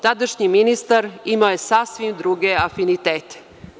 Tadašnji ministar imao je sasvim druge afinitete.